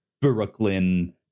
brooklyn